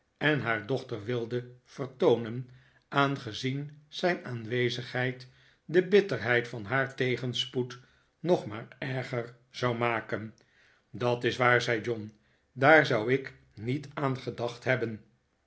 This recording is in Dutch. en haar dochter wilde vertoonen aangezien zijn aanwezigheid de bitterheid van haar tegenspoed nog maar erger zou maken dat is waar zei john daar zou ik niet aan gedacht hebben